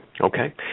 Okay